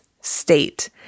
state